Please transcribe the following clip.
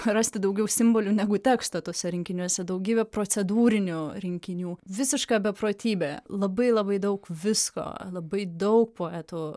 rasti daugiau simbolių negu teksto tuose rinkiniuose daugybė procedūrinių rinkinių visiška beprotybė labai labai daug visko labai daug poetų